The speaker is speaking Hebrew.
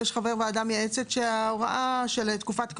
אם יש חבר ועדה מייעצת שההוראה של תקופת כהונה.